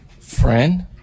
friend